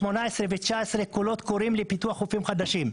2018-2019 קולות קוראים לפיתוח חופים חדשים.